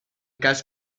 cas